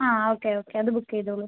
ആ okay okay അത് book ചെയ്തോളൂ